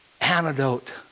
antidote